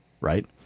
Right